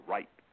Right